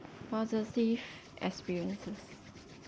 positive experiences